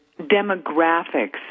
demographics